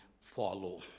follow